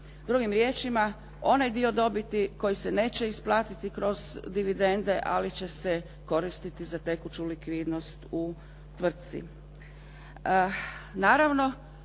Drugim riječima, onaj dio dobiti koji se neće isplatiti kroz dividende ali će se koristiti za tekuću likvidnost u tvrtci.